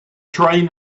train